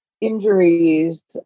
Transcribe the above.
Injuries